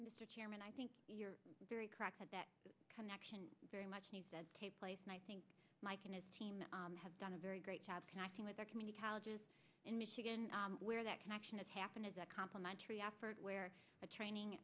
mr chairman i think you're very correct that that connection very much needs to take place and i think mike and his team have done a very great job connecting with our community colleges in michigan where that connection has happened as a complementary effort where the training